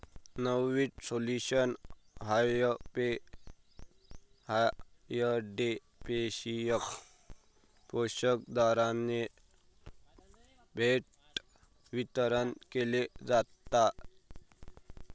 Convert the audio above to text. nutrient solution hydroponics पोषक द्रावणाद्वारे थेट वितरित केले जातात